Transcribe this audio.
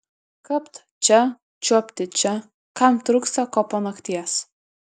kapt čia čiuopti čia kam trūksta ko po nakties